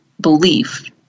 belief